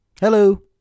hello